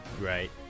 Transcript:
Right